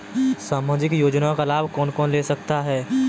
सामाजिक योजना का लाभ कौन कौन ले सकता है?